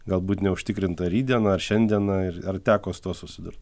galbūt neužtikrintą rytdieną ar šiandieną ir ar teko su tuo susidurt